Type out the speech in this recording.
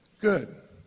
good